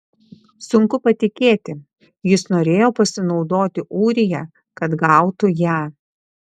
sunku patikėti jis norėjo pasinaudoti ūrija kad gautų ją